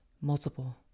multiple